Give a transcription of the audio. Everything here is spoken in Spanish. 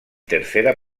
tercera